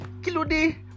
Kilode